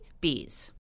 bees